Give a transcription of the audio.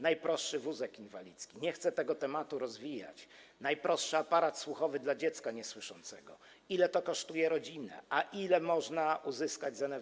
Najprostszy wózek inwalidzki - nie chcę tego tematu rozwijać - najprostszy aparat słuchowy dla niesłyszącego dziecka: ile to kosztuje rodzinę, a ile można uzyskać z NFZ?